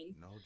No